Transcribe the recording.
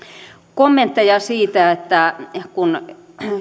kommentteja siitä että kun